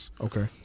Okay